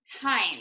time